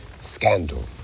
scandal